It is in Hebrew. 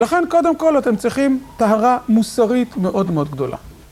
לכן, קודם כל, אתם צריכים טהרה מוסרית מאוד מאוד גדולה.